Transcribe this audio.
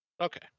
Okay